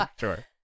sure